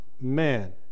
man